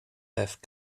have